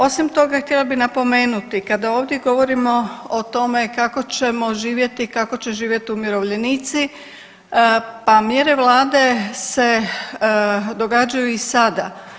Osim toga htjela bi napomenuti kada ovdje govorimo o tome kako ćemo živjeti, kako će živjeti umirovljenici, pa mjere vlade se događaju i sada.